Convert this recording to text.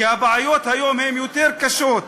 כי הבעיות היום הן יותר קשות.